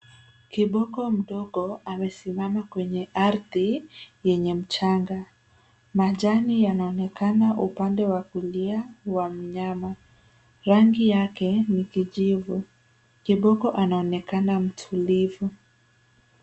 Kiboko mdogo amesimama kwenye ardhi yenye mchanga. Majani yanaonekana upande wa kulia wa mnyama. Rangi yake ni kijivu. Kiboko anaonekana mtulivu.